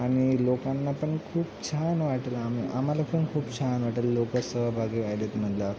आणि लोकांना पण खूप छान वाटेल आम्ही आम्हाला पण खूप छान वाटेल लोकं सहभागी व्हायले आहेत म्हणल्यावर